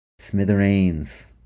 Smithereens